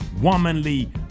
womanly